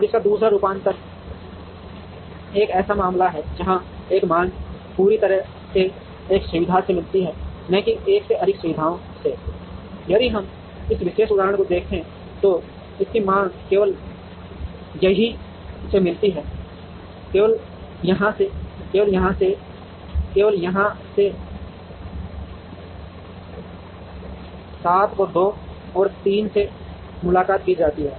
अब इसका दूसरा रूपांतर एक ऐसा मामला है जहां एक मांग पूरी तरह से एक सुविधा से मिलती है न कि एक से अधिक सुविधाओं से यदि हम इस विशेष उदाहरण को देखें तो इसकी मांग केवल यहीं से मिलती है केवल यहाँ से केवल यहाँ से केवल यहाँ से ५ को २ और ३ से मुलाकात की जाती है